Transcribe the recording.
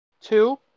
Two